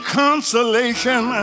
consolation